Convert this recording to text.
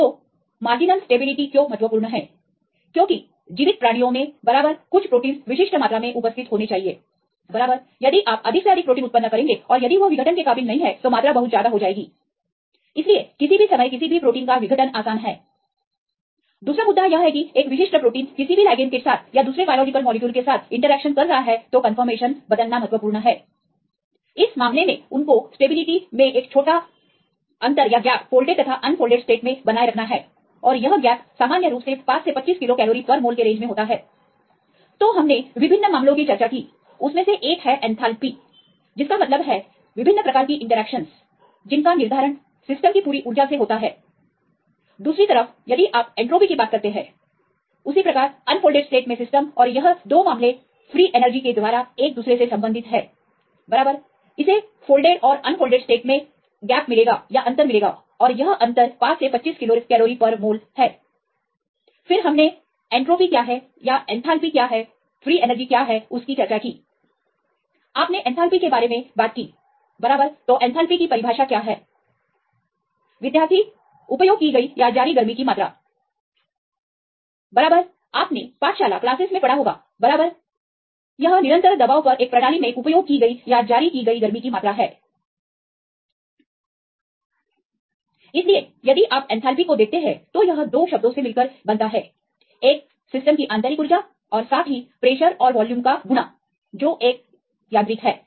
तो marginal stability क्यों महत्वपूर्ण है क्योंकि जीवित प्राणियों में बराबर कुछ प्रोटींस विशिष्ट मात्रा में उपस्थित होने चाहिए बराबर यदि आप अधिक से अधिक प्रोटीन उत्पन्न करेंगे और यदि वह विघटन के काबिल नहीं है तो मात्रा बहुत ज्यादा होगी इसलिए किसी भी समय किसी भी प्रोटीन का विघटन आसान है दूसरा मुद्दा यह है कि एक विशिष्ट प्रोटीन किसी भी लाइगेंडस के साथ या दूसरे बायोलॉजिकल मॉलिक्यूल के साथ इंटरेक्शन कर रहा है तो कंफर्मेशन बदलना महत्वपूर्ण है इस मामले में उनको स्टेबिलिटी में एक छोटा अंतर फोल्डेड स्टेट तथाअनफोल्डेड स्टेट में बनाए रखना है और यह अंतर सामान्य रूप से 5 से 25 किलो कैलोरी पर मोल के रेंज में होता है तो हमने विभिन्न मामलों की चर्चा की उसमें से एक है एंथैल्पी जिसका मतलब है विभिन्न प्रकार की इंटरेक्शनस जिनका निर्धारण सिस्टम की पूरी उर्जा से होता है दूसरी तरफ यदि आप एंट्रॉपी की बात करते हैं उसी प्रकार अनफोल्डेड स्टेट में सिस्टम और यह दो मामले फ्री एनर्जी के द्वारा एक दूसरे से संबंधित है बराबर इससे फोल्डेड और अनफोल्डेड स्टेट में अंतर मिलेगा और यह अंतर है 5 से 25 किलो कैलोरी पर मोल5 25 kilo calmole फिर हमने एंट्रॉपी क्या है या एंथैल्पी क्या है फ्री एनर्जी क्या है उसकी चर्चा की आपने एंथैल्पीके बारे में बात की बराबर तो एंथैल्पी की परिभाषा क्या है विद्यार्थी उपयोग की गई या जारी गर्मी की मात्रा बराबर आपने पाठशाला क्लासेस मे पढ़ा होगा बराबर यह निरंतर दबाव पर एक प्रणाली में उपयोग की गई या जारी गर्मी की मात्रा है इसलिए यदि आप एथैलेपी को देखते हैं तो यह 2 शब्दों से मिलकर बनता है एक सिस्टम की आंतरिक ऊर्जा है और साथ ही दबाव और आयतन का गुणनफल है जो एक यांत्रिक है